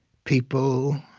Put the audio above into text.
people